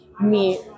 meet